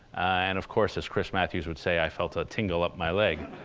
and of course, as chris matthews would say, i felt a tingle up my leg